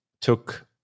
took